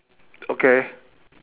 okay